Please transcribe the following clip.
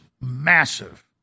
massive